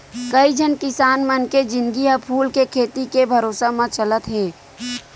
कइझन किसान मन के जिनगी ह फूल के खेती के भरोसा म चलत हे